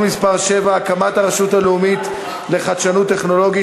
מס' 7) (הקמת הרשות הלאומית לחדשנות טכנולוגית),